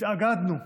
התאגדנו,